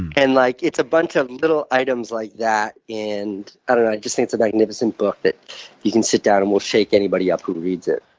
and like it's a bunch of little items like that. and i don't know. i just think it's a magnificent book that you can sit down and will shake anybody up who reads it.